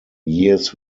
years